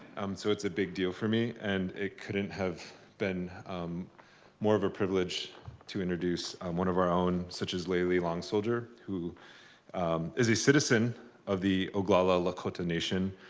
so it's a big deal for me. and it couldn't have been more of a privilege to introduce one of our own such, as layli long soldier, who is a citizen of the ogallala lakota nation.